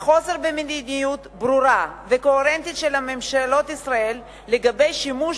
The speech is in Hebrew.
היעדר מדיניות ברורה וקוהרנטית של ממשלות ישראל לגבי השימוש